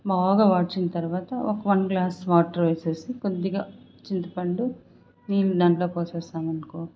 బాగా వాడ్చిన తరువాత ఒక వన్ గ్లాస్ వాటర్ వేసేసి కొద్దిగా చింతపండు నీళ్లు దాంట్లో పోసేసామనుకో